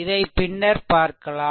அதை பின்னர் பார்க்கலாம்